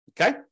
Okay